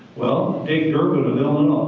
well, dick durban of illinois.